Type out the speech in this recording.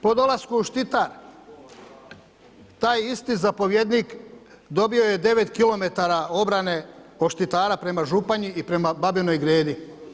Po dolasku u Štitar taj isti zapovjednik dobio je 9 km obrane od Štitara prema Županji i prema Babinoj Gredi.